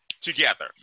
together